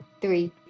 Three